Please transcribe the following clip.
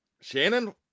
Shannon